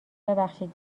ببخشید